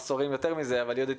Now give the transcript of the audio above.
אני לא אביך אותך פה מול כולם,